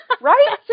right